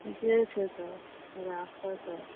ठीके छै तब राखऽ तब